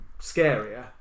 scarier